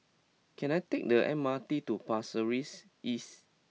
can I take the M R T to Pasir Ris East